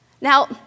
Now